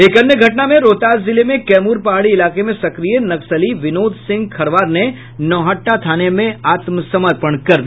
एक अन्य घटना में रोहतास जिले में कैमूर पहाड़ी इलाके में सक्रिय नक्सली विनोद सिंह खरवार ने नौहट्टा थाने में आत्मसपर्मंण कर दिया